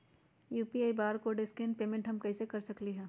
UPI barcode scan payment हम कईसे कर सकली ह?